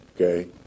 okay